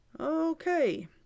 Okay